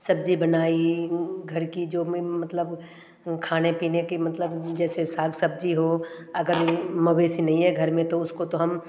सब्जी बनाई घर की जो मैं मतलब खाने पीने की मतलब जैसे साग सब्जी हो अगर मवेशी नहीं ऐ घर में तो उसको तो हम